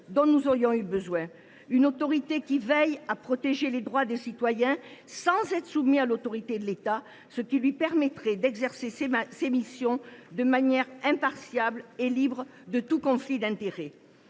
que nous aurions eu besoin, une autorité qui veille à protéger les droits des citoyens sans être soumise à l’autorité de l’État, ce qui lui permettrait d’exercer ses missions de manière impartiale et libre de tout conflit d’intérêts.